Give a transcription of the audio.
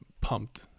pumped